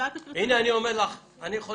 הנה אני אומר לך, שאני יכול